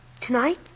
tonight